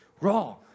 wrong